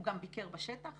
הוא גם ביקר בשטח